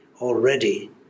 already